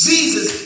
Jesus